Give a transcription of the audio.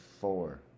four